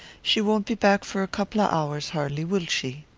she won't be back for a couple of hours, har'ly, will she?